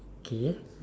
okay